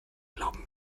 glauben